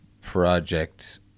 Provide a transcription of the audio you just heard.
project